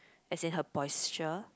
as in her posture